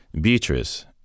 Beatrice